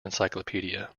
encyclopedia